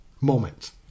moment